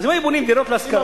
אז אם היו בונים דירות להשכרה?